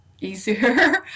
easier